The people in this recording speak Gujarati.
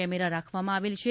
કેમેરા રાખવામાં આવેલ છે